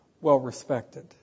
well-respected